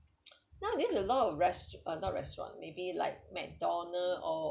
nowadays a lot of rest~ uh not restaurant maybe like Mcdonald's or